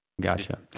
Gotcha